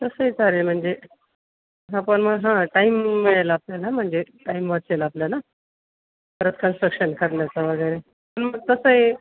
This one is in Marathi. तसंही चालेल म्हणजे हा पण मग हा टाईम मिळेल आपल्याला म्हणजे टाईम वाचेल आपल्याला परत कन्स्ट्रक्शन करण्याचा वगैरे पण मग तसं आहे